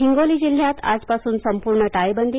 हिंगोली जिल्ह्यात आजपासून संपूर्ण टाळेबंदी